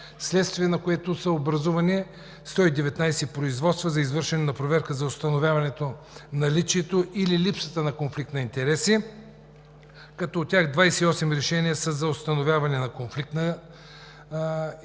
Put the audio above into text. вследствие на което са образувани 119 производства за извършване на проверка за установяване, наличие или липса на конфликт на интереси, като от тях 28 решения са за установяване на конфликт на интереси